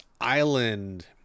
Island